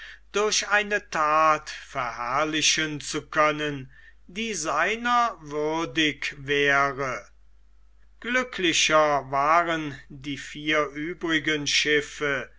durch eine that verherrlichen zu können die seiner würdig wäre glücklicher waren die vier übrigen schiffe